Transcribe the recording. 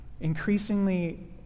Increasingly